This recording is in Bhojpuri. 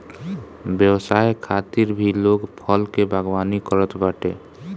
व्यवसाय खातिर भी लोग फल के बागवानी करत बाटे